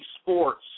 Sports